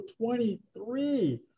23